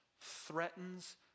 threatens